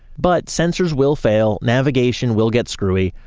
but sensors will fail. navigation will get screwy.